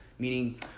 Meaning